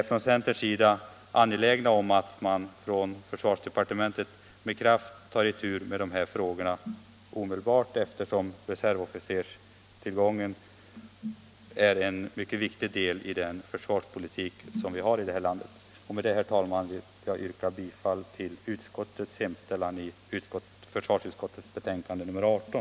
Från centerns sida är vi angelägna om att försvarsdepartementet med kraft tar itu med dessa frågor omedelbart, eftersom reservofficerstillgången är en mycket viktig del i den försvarspolitik som vi har i det här landet. Med detta, herr talman, vill jag yrka bifall till utskottets hemställan i betänkandet nr 18.